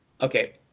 Okay